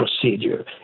procedure